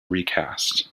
recast